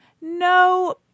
no